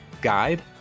guide